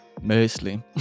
mostly